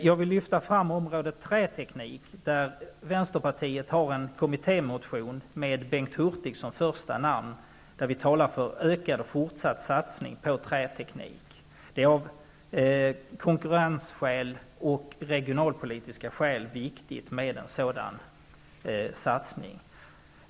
Jag vill lyfta fram området träteknik, där Vänsterpartiet har en kommittémotion med Bengt Hurtig som första namn. Vi talar i den motionen för ökad och fortsatt satsning på träteknik. Det är av konkurrensskäl och av regionalpolitiska skäl viktigt med en sådan satsning.